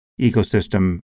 ecosystem